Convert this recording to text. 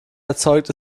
erzeugt